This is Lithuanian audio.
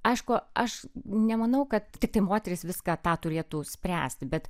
aišku aš nemanau kad tiktai moteris viską tą turėtų spręsti bet